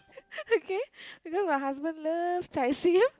okay you know my husband love chye-sim